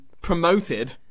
promoted